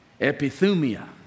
epithumia